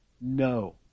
No